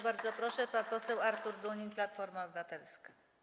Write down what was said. Bardzo proszę, pan poseł Artur Dunin, Platforma Obywatelska.